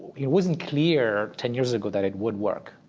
it wasn't clear ten years ago that it would work,